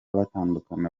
batandukana